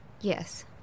Yes